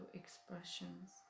expressions